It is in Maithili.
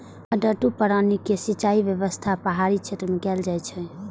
मड्डू प्रणाली के सिंचाइ व्यवस्था पहाड़ी क्षेत्र मे कैल जाइ छै